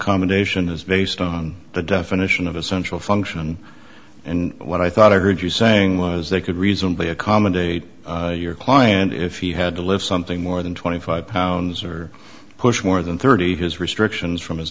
accommodation is based on the definition of essential function and what i thought i heard you saying was they could reasonably accommodate your client if he had to live something more than twenty five pounds or push more than thirty has restrictions from his